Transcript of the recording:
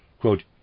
quote